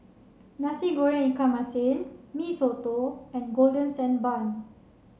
Nasi Goreng Ikan Masin Mee Soto and Golden Sand Bun